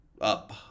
up